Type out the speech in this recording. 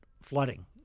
flooding